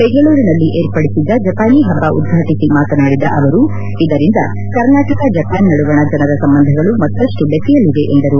ಬೆಂಗಳೂರಿನಲ್ಲಿ ವಿರ್ಪಡಿಸಿದ್ದ ಜಪಾನಿ ಹಬ್ಬ ಉದ್ವಾಟಿಸಿ ಮಾತನಾಡಿದ ಅವರು ಇದರಿಂದ ಕರ್ನಾಟಕ ಜಪಾನ್ ನಡುವಣ ಜನರ ಸಂಬಂಧಗಳು ಮತ್ತಷ್ಟು ಬೆಸೆಯಲಿವೆ ಎಂದರು